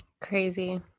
Crazy